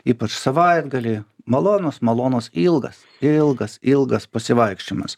ypač savaitgalį malonus malonus ilgas ilgas ilgas pasivaikščiojimas